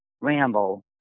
ramble